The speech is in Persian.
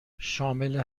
شامل